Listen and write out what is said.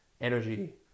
energy